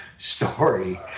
story